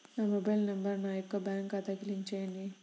నా mobile number నా యొక్క బ్యాంక్ ఖాతాకి లింక్ చేయండీ?